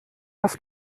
das